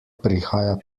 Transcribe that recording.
prihaja